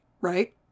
right